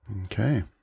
Okay